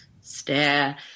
stare